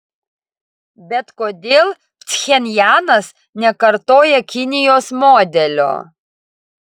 bet kodėl pchenjanas nekartoja kinijos modelio